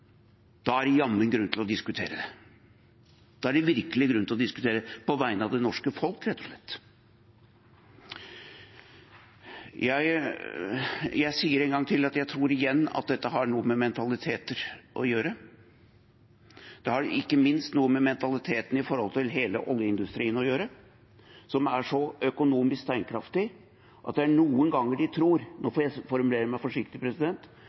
er det jammen grunn til å diskutere det. Da er det virkelig grunn til å diskutere det – på vegne av det norske folk, rett og slett. Jeg sier det én gang til: Jeg tror at dette har noe med mentalitet å gjøre. Det har ikke minst noe med mentaliteten sett i forhold til hele oljeindustrien å gjøre, som er så økonomisk kraftig at de noen ganger tror – nå får jeg formulere meg forsiktig, president